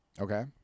Okay